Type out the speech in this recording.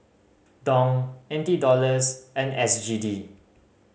Dong N T Dollars and S G D